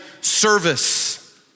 service